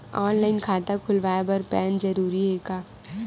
Online खाता खुलवाय बर पैन जरूरी हे का?